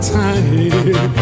time